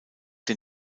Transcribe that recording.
den